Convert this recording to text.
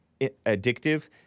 addictive